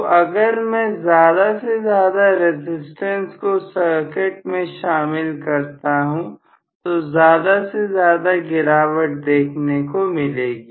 तो अगर मैं ज्यादा से ज्यादा रसिस्टेंस को सर्किट में शामिल करता हूं तो ज्यादा से ज्यादा गिरावट देखने को मिलेगी